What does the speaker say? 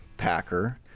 packer